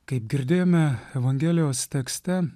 kaip girdėjome evangelijos tekste